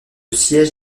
siège